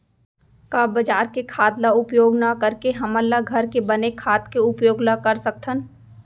का बजार के खाद ला उपयोग न करके हमन ल घर के बने खाद के उपयोग ल कर सकथन?